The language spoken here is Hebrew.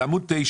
בעמוד 9